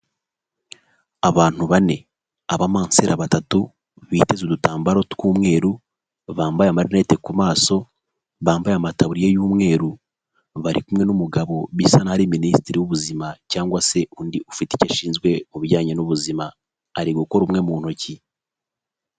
Abantu bane abamansera batatu biteze udutambaro tw'umweru bambaye amarinete ku maso, bambaye amataburiya y'umweru. Bari kumwe n'umugabo bisa n'aho ari minisitiri w'ubuzima cyangwa se undi ufite icyo ashinzwe kubijyanye n'ubuzima, ari gukora umwe mu ntoki.